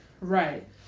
Right